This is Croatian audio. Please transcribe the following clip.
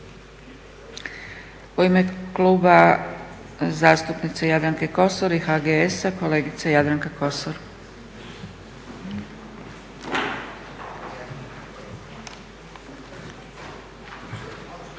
U ime Kluba zastupnice Jadranke Kosor i HGS-a, kolegica Jadranka Kosor.